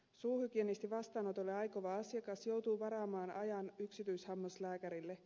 suuhygienistin vastaanotolle aikova asiakas joutuu varaamaan ajan yksityishammaslääkärille